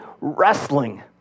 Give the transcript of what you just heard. wrestling